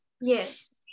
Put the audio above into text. Yes